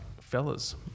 fellas